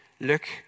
look